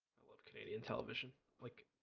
i love canadian television like